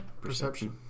Perception